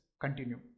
continue